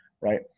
Right